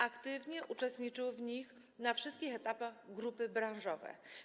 Aktywnie uczestniczyły w nich na wszystkich etapach grupy branżowe.